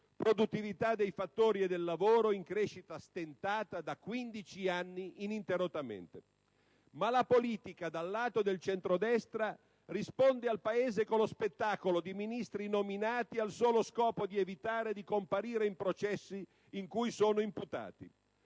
produttività dei fattori e del lavoro, in crescita stentata ininterrottamente da 15 anni. La politica dal lato del centrodestra risponde però al Paese con lo spettacolo di Ministri nominati al solo scopo di evitare di comparire in processi in cui sono imputati;